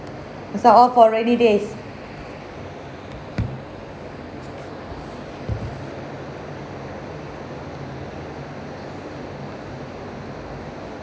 it's all for rainy days